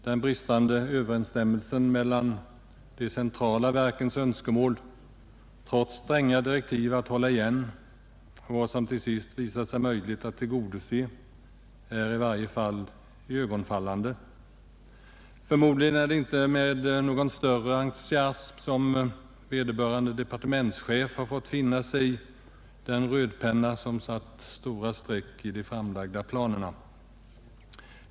Den bristande överensstämmelsen mellan de centrala verkens önskemål — trots stränga direktiv att hålla igen — och vad som till sist visar sig möjligt att tillgodose är i varje fall iögonfallande. Förmodligen är det inte med någon större entusiasm som vederbörande departementschef har använt den rödpenna som satt spår efter sig i de framlagda planerna.